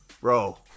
Bro